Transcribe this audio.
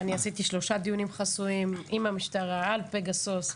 אני עשיתי שלושה דיונים חסויים עם המשטרה על פגסוס.